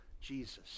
Jesus